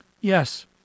Yes